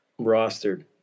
rostered